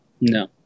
No